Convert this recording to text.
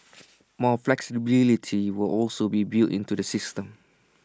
more flexibility will also be built into the system